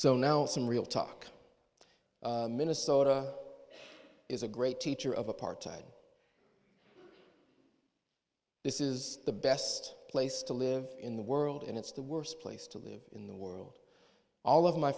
so now some real talk minnesota is a great teacher of apartheid this is the best place to live in the world and it's the worst place to live in the world all of my